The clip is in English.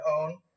own